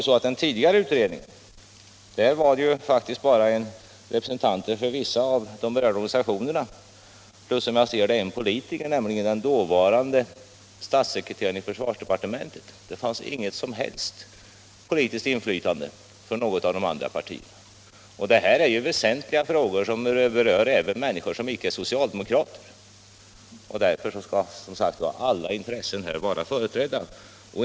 Men i den tidigare utredningen ingick faktiskt bara representanter för vissa av de berörda organisationerna plus en politiker, nämligen den dåvarande statssekreteraren i försvarsdepartementet. Det fanns inget som helst politiskt inflytande för något av de andra partierna. Och det här är ju väsentliga frågor, som berör även människor som icke är socialdemokrater. Därför skall, som sagt, alla intressen vara företrädda.